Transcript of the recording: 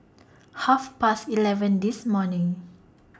Half Past eleven This morning